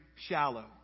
shallow